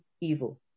evil